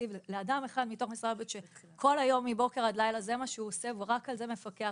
היה בפאניקה שבוע בבית כי הוא פחד שהוא יגיע לבית החולים ויהרגו אותו.